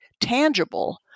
tangible